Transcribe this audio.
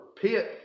pit